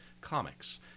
comics